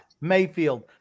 mayfield